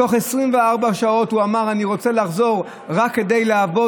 בתוך 24 שעות הוא אמר: אני רוצה לחזור רק כדי לעבוד,